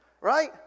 Right